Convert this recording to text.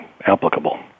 applicable